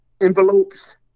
envelopes